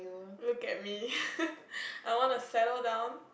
look at me I wanna settle down